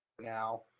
now